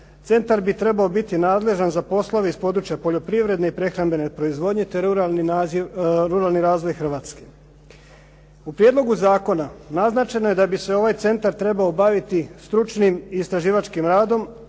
centar bi trebao biti nadležan za poslove iz područja poljoprivrede i prehrambene proizvodnje, te ruralni razvoj Hrvatske. U prijedlogu zakona naznačeno je da bi se ovaj centar trebao baviti stručnim i istraživačkim radom,